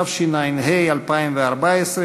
התשע"ה 2014,